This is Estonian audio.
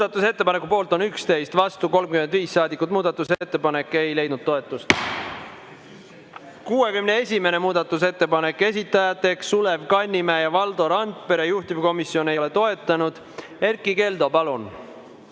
Muudatusettepaneku poolt on 11 ja vastu on 35 saadikut. Muudatusettepanek ei leidnud toetust.61. muudatusettepanek, esitajad Sulev Kannimäe ja Valdo Randpere, juhtivkomisjon ei ole seda toetanud. Erkki Keldo, palun!